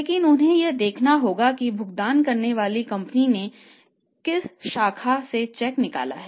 लेकिन उन्हें यह देखना होगा कि भुगतान करने वाली कंपनी ने किस शाखा से चेक निकाला है